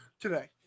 today